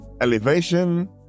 elevation